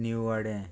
नीव वाडें